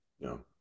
No